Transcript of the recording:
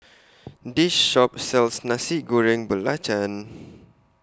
This Shop sells Nasi Goreng Belacan